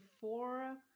four